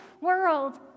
world